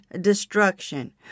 destruction